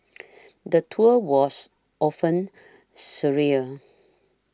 the tour was often surreal